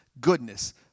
goodness